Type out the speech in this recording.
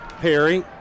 Perry